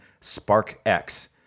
SparkX